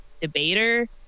debater